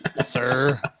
sir